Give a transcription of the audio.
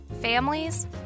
families